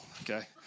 okay